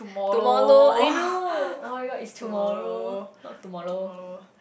tomollow I know [oh]-my-god it's tomorrow not tomollow